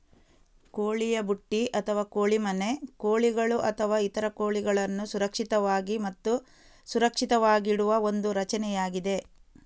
ಕೋಳಿಯ ಬುಟ್ಟಿ ಅಥವಾ ಕೋಳಿ ಮನೆ ಕೋಳಿಗಳು ಅಥವಾ ಇತರ ಕೋಳಿಗಳನ್ನು ಸುರಕ್ಷಿತವಾಗಿ ಮತ್ತು ಸುರಕ್ಷಿತವಾಗಿಡುವ ಒಂದು ರಚನೆಯಾಗಿದೆ